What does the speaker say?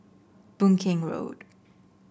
Boon Keng Road